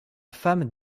femme